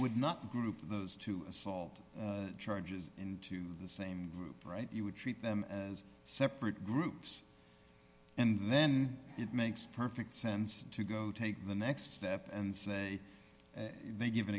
would not group those two assault charges into the same group right you would treat them as separate groups and then it makes perfect sense to go take the next step and say they give an